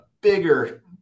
bigger